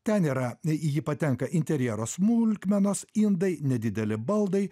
ten yra į jį patenka interjero smulkmenos indai nedideli baldai